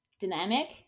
dynamic